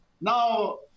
now